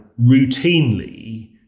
routinely